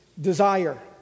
desire